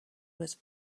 was